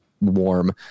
warm